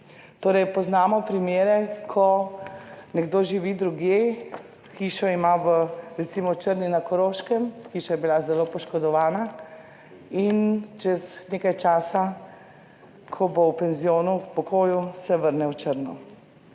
Torej poznamo primere, ko nekdo živi drugje, hišo ima v recimo Črni na Koroškem, hiša je bila zelo poškodovana in čez nekaj časa, ko bo v penzionu 23. TRAK (VI)